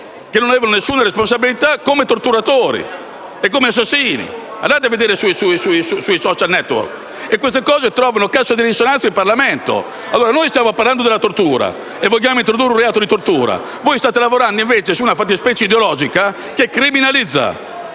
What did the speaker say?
che non avevano alcuna responsabilità, come torturatori e come assassini: andate a vedere sui *social network*. E queste cose trovano cassa di risonanza in Parlamento. Noi stiamo parlando della tortura e vogliamo introdurre il reato di tortura, mentre voi state lavorando su una fattispecie ideologica che criminalizza